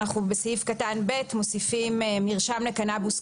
אנחנו בסעיף קטן (ב) מוסיפים "מרשם לקנבוס,